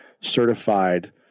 certified